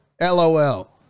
LOL